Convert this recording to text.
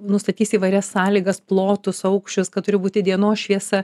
nustatys įvairias sąlygas plotus aukščius kad turi būti dienos šviesa